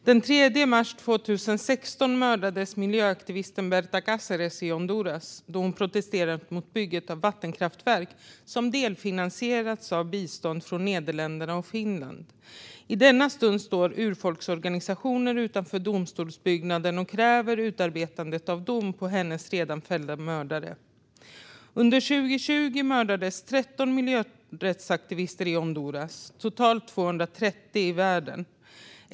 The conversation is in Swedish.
Fru talman! Den 3 mars 2016 mördades miljöaktivisten Berta Cáceres i Honduras då hon protesterat mot bygget av vattenkraftverk som delfinansierats av bistånd från Nederländerna och Finland. I denna stund står urfolksorganisationer utanför domstolsbyggnaden och kräver utarbetandet av dom på hennes redan fällda mördare. Under 2020 mördades 13 miljörättsaktivister i Honduras och totalt 230 i världen.